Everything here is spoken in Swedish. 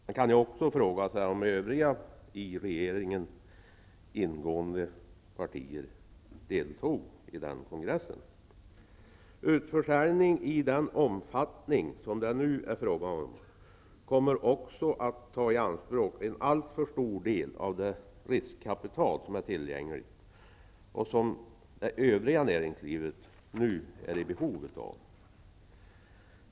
Man kan också fråga sig om övriga i regeringen ingående partier deltog i kongressen. Utförsäljning i den omfattning som det nu är fråga om kommer också att ta i anspråk en alltför stor del av det riskkapital som är tillgängligt och som det övriga näringslivet nu är i behov av.